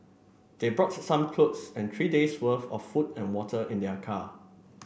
they brought some clothes and three days worth of food and water in their car